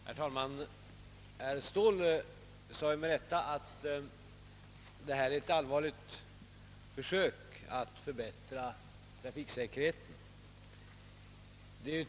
Herr talman! Herr Ståhl sade med rätta att detta är ett allvarligt försök att förbättra trafiksäkerheten.